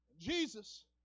Jesus